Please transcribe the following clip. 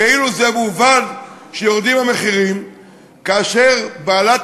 כאילו זה מובן שיורדים המחירים כאשר בעלת